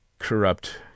Corrupt